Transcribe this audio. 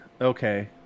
Okay